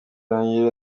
ruhengeri